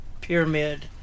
pyramid